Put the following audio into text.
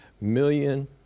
million